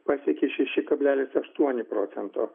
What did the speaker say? pasiekė šeši kablelis aštuoni procento